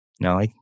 No